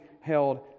held